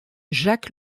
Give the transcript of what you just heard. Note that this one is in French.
jacques